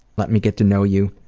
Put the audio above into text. but me get to know you,